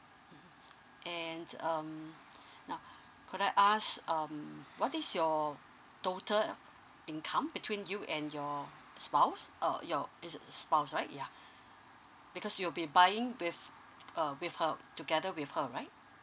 mmhmm and um now could I ask um what is your total income between you and your spouse uh your it's a spouse right ya because you'll be buying with uh with her together with her right